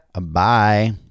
Bye